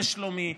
בשלומי,